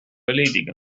erledigen